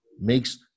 makes